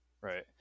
Right